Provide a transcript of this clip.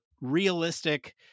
realistic